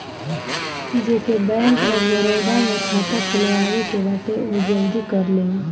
जेके bank of Baroda में खाता खुलवाए के बाटे उ जल्दी कर लेवे